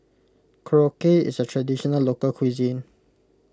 Korokke is a Traditional Local Cuisine